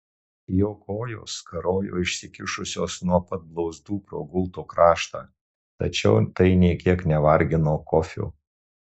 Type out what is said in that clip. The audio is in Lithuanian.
jo kojos karojo išsikišusios nuo pat blauzdų pro gulto kraštą tačiau tai nė kiek nevargino kofio